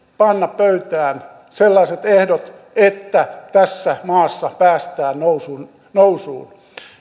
panna pöytään sellaiset ehdot että tässä maassa päästään nousuun nousuun